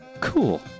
Cool